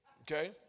okay